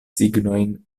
signojn